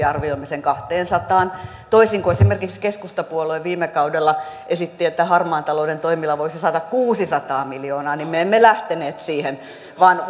arvioimme sen kaksisataa miljoonaa toisin kuin esimerkiksi keskustapuolue viime kaudella esitti että harmaan talouden toimilla voisi saada kuusisataa miljoonaa niin me emme lähteneet siihen vaan